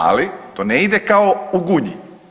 Ali to ne ide kao u Gunji.